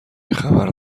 گهخبر